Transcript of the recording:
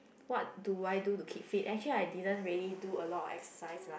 what do I do to keep fit actually I didn't really do a lot of exercise lah